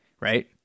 right